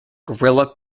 gorilla